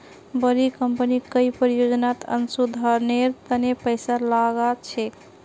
बड़ी कंपनी कई परियोजनात अनुसंधानेर तने पैसा लाग छेक